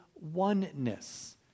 oneness